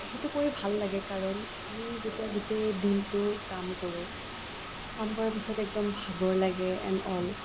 সেইটো কৰি ভাল লাগে কাৰণ আমি যেতিয়া গোটেই দিনটো কাম কৰোঁ কাম কৰাৰ পিছত একদম ভাগৰ লাগে এন অল